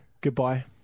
Goodbye